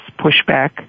pushback